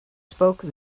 spoke